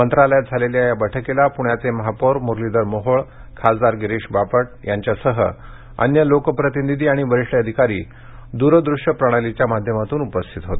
मंत्रालयात झालेल्या बैठकीला पुण्याचे महापौर मुरलीधर मोहोळ खासदार गिरीश बापट यांच्यासह अन्य लोकप्रतिनिधी आणि वरिष्ठ अधिकारी दूर दृष्य प्रणालीच्या माध्यमातून उपस्थित होते